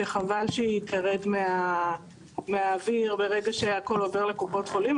שחבל שהיא תרד מהאוויר ברגע שהכל עובר לקופות חולים,